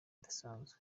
idasanzwe